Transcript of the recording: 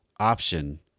option